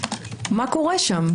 מה קורה שם?